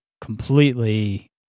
completely